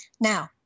Now